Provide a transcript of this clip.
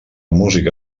música